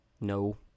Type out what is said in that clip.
no